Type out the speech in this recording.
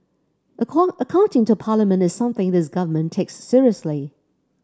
accounting to Parliament is something this Government takes seriously